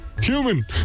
Human